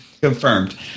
Confirmed